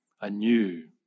anew